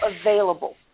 available